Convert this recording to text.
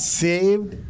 saved